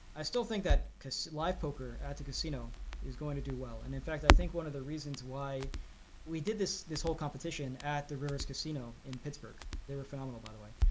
i still think, because live poker at the casino is going to do well. and in fact, i think one of the reasons why we did this this whole competition at the rivers casino in pittsburgh. they were phenomenal, by the way.